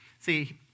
See